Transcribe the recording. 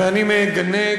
ואני מגנה,